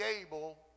able